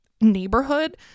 neighborhood